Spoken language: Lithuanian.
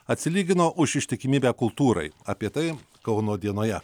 atsilygino už ištikimybę kultūrai apie tai kauno dienoje